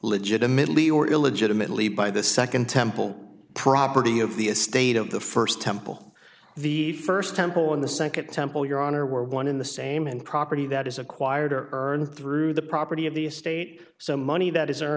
legitimately or illegitimately by the second temple property of the estate of the first temple the first temple and the second temple your honor one in the same and property that is acquired or earned through the property of the state so money that is